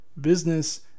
business